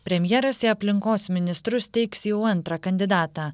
premjeras į aplinkos ministrus teiks jau antrą kandidatą